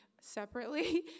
separately